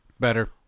Better